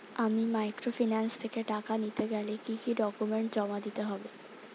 আমি মাইক্রোফিন্যান্স থেকে টাকা নিতে গেলে কি কি ডকুমেন্টস জমা দিতে হবে?